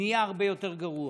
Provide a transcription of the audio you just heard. נהיה הרבה יותר גרוע.